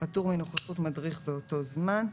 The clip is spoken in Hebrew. פטור מנוכחות מדריך באותו זמן.